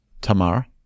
Tamar